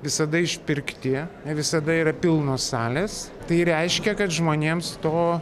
visada išpirkti ne visada yra pilnos salės tai reiškia kad žmonėms to